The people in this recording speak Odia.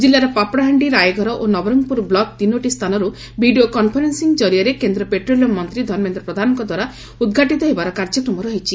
ଜିଲ୍ଲାର ପାପଡ଼ାହାଣ୍ଡି ରାଇଘର ଓ ନବରଙ୍ଙପୁର ବ୍ଲକ୍ର ତିନୋଟି ସ୍ଚାନରୁ ଭିଡ଼ିଓ କନ୍ଫରେନ୍ସିଂ କରିଆରେ କେନ୍ଦ ପେଟ୍ରୋଲିୟମ୍ ମନ୍ତୀ ଧର୍ମେନ୍ଦ ପ୍ରଧାନଙ୍ଦ୍ୱାରା ଉଦ୍ଘାଟିତ ହେବାର କାର୍ଯ୍ୟକ୍ରମ ରହିଛି